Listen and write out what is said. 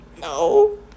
No